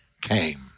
came